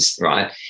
right